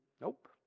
Nope